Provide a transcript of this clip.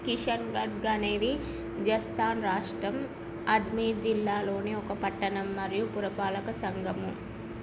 కిషన్ఘఢ్ అనేది జస్థాన్ రాష్ట్రం అజ్మీర్ జిల్లాలోని ఒక పట్టణం మరియు పురపాలక సంఘము